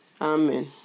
Amen